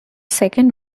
second